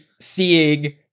seeing